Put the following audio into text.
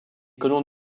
colons